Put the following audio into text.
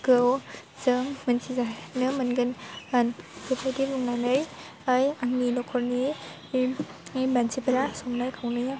जों मोनथिजानो मोनगोन बे बायदि बुंनानै आंनि न'खरनि बे मानसिफोरा संनाय खावनाय